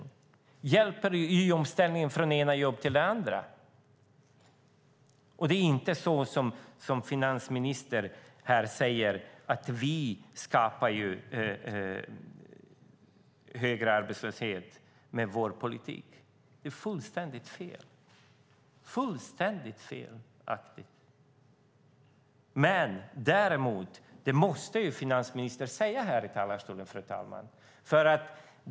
Den hjälper till i omställningen från det ena jobbet till det andra. Det är inte så som finansministern säger här, att vi skapar högre arbetslöshet med vår politik. Det är fullständigt felaktigt. Finansministern värnar och försvarar det utrymme som man har skapat.